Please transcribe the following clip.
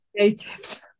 creatives